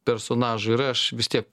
personažų yra aš vis tie